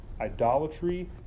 idolatry